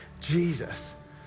Jesus